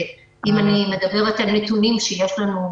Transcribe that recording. אם אני מדברת על נתונים שיש לנו,